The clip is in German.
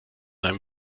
einem